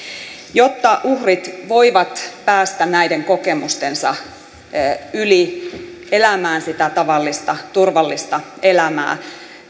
jotta uhrit voivat päästä näiden kokemustensa yli elämään sitä tavallista turvallista elämää